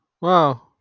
Wow